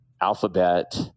Alphabet